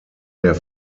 der